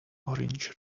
orange